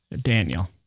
Daniel